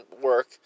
work